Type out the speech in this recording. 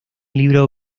libro